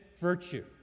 virtue